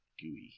gooey